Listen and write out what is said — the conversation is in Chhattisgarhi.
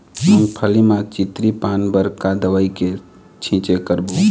मूंगफली म चितरी पान बर का दवई के छींचे करबो?